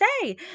say